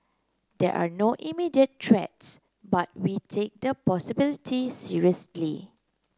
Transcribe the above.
there are no immediate threats but we take the possibility seriously